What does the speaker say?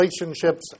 relationships